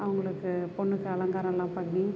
அவர்களுக்கு பொண்ணுக்கு அலங்காரமெலாம் பண்ணி